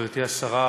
גברתי השרה,